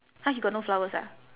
!huh! you got no flowers ah